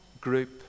group